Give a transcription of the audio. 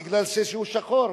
מפני שהוא שחור.